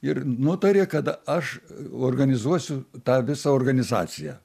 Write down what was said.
ir nutarė kad aš organizuosiu tą visą organizaciją